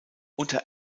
unter